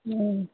ओ